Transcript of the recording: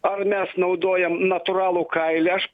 ar mes naudojam natūralų kailį aš